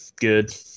Good